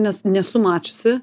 nes nesu mačiusi